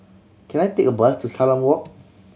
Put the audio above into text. can I take a bus to Salam Walk